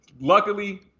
luckily